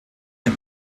ein